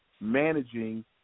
managing